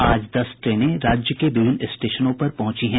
आज दस ट्रेनें राज्य के विभिन्न स्टेशनों पर पहुंची हैं